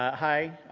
hi,